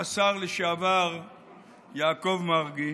השר לשעבר יעקב מרגי